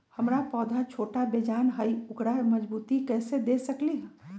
हमर पौधा छोटा बेजान हई उकरा मजबूती कैसे दे सकली ह?